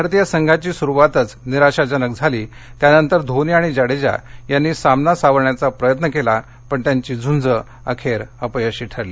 भारतीय संघाची सुरुवातच निराशाजनक झाली त्यानंतर धोनी आणि जाडेजा यांनी सामना सावरण्याचा प्रयत्न केला पण त्यांची झुंज अखेर अपयशी ठरली